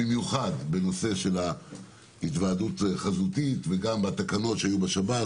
במיוחד בנושא של היוועדות חזותית וגם בתקנות שהיו בשב"ס,